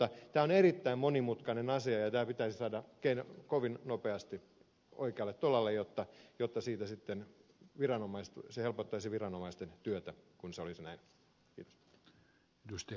tämä on erittäin monimutkainen asia ja tämä pitäisi saada kovin nopeasti oikealle tolalle jotta se helpottaisi viranomaisten työtä kun se olisi näin